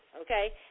okay